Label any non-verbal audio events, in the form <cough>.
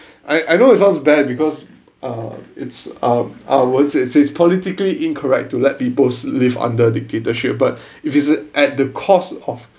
I I know it sounds bad because uh it's um I won't say it's politically incorrect to let peoples live under dictatorship but <breath> if it's at the cost of